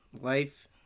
Life